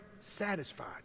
satisfied